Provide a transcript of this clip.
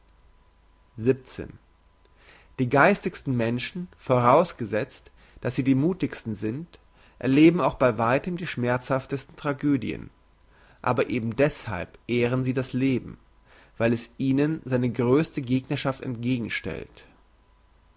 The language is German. die geistigsten menschen vorausgesetzt dass sie die muthigsten sind erleben auch bei weitem die schmerzhaftesten tragödien aber eben deshalb ehren sie das leben weil es ihnen seine grösste gegnerschaft entgegenstellt